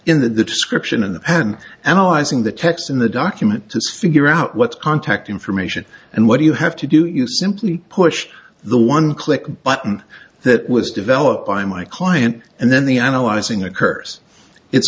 in the description in the hand and izing the text in the document this figure out what contact information and what do you have to do you simply push the one click button that was developed by my client and then the analyzing occurs it's